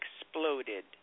exploded